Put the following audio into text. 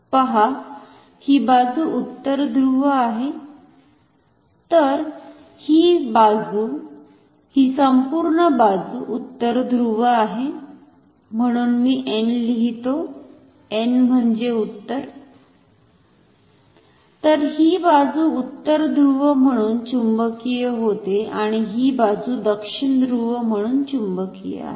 पहा ही बाजु उत्तर ध्रुव आहे तर ही बाजू ही संपुर्ण बाजु उत्तर ध्रुव आहे म्हणुन मी N लिहितो N म्हणजे उत्तर तर ही बाजु उत्तर ध्रुव म्हणुन चुंबकीय होते आणि ही बाजु दक्षिण ध्रुव म्हणुन चुंबकीय आहे